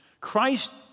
Christ